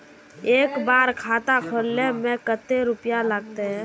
एक बार खाता खोले में कते रुपया लगते?